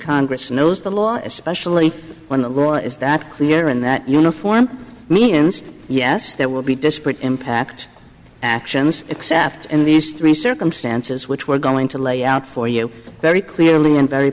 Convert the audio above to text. congress knows the law especially when the law is that clear in that uniform means yes that will be disparate impact actions except in these three circumstances which we're going to lay out for you very clearly and very